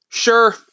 Sure